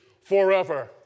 forever